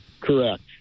Correct